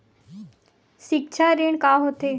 सिक्छा ऋण का होथे?